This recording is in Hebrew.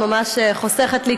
את ממש חוסכת לי,